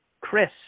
Chris